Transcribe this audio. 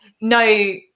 no